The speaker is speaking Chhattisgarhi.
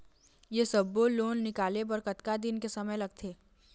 ये सब्बो लोन निकाले बर कतका दिन के समय लगथे?